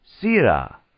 Sira